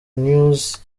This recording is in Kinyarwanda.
news